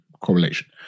correlation